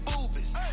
boobies